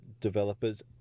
developers